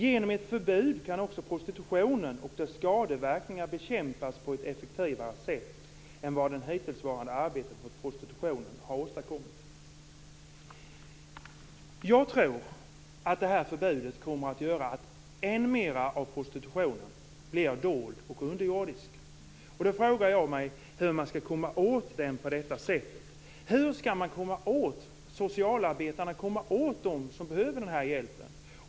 "Genom ett förbud kan också prostitutionen och dess skadeverkningar bekämpas på ett effektivare sätt än vad det hittillsvarande arbetet mot prostitutionen har åstadkommit." Jag tror att förbudet kommer att göra att än mer av prostitutionen blir dold och underjordisk. Då frågar jag mig hur man skall komma åt den på detta sätt. Hur skall socialarbetarna kom åt dem som behöver hjälpen?